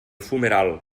fumeral